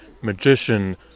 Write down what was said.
magician